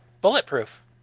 bulletproof